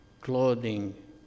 clothing